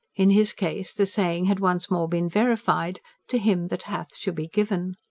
in his case the saying had once more been verified to him that hath shall be given.